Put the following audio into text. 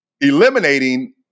Eliminating